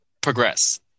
progress